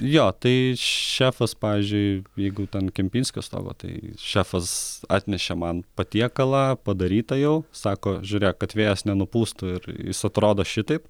jo tai šefas pavyzdžiui jeigu ten kempinskio stogo tai šefas atnešė man patiekalą padarytą jau sako žiūrėk kad vėjas nenupūstų ir jis atrodo šitaip